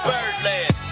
Birdland